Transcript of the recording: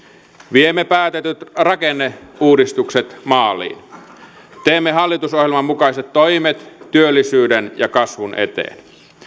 viemme päätetyt rakenneuudistukset maaliin teemme hallitusohjelman mukaiset toimet työllisyyden ja kasvun eteen